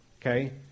Okay